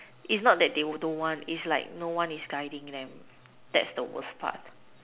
it's not that they don't want it's like no one is guiding them that's the worst part